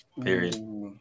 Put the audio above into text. Period